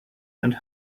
and